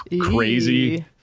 crazy